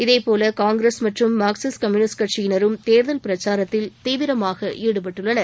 இதேபோல காங்கிரஸ் மற்றும் Marxist communist கட்சியினரும் தேர்தல் பிரச்சாரத்தில் தீவிரமாக ஈடுபட்டுள்ளனர்